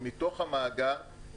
לוקחים את זה --- המכרז עכשיו באוויר.